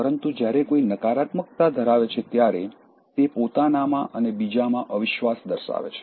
પરંતુ જ્યારે કોઈ નકારાત્મકતા ધરાવે છે ત્યારે તે પોતાનામાં અને બીજામાં અવિશ્વાસ દર્શાવે છે